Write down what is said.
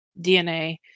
dna